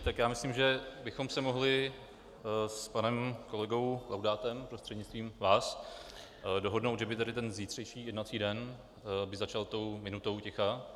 Tak já myslím, že bychom se mohli s panem kolegou Laudátem, prostřednictvím vás, dohodnout, že by tady ten zítřejší jednací den začal minutou ticha.